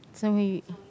Zoey